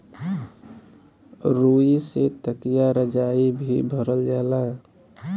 रुई से तकिया रजाई भी भरल जाला